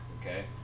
okay